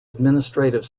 administrative